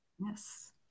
Yes